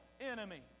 enemy